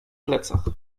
plecach